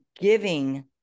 giving